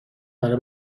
برا